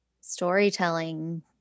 storytelling